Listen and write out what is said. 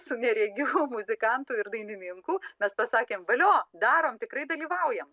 su neregių muzikantų ir dainininkų mes pasakėm valio darom tikrai dalyvaujam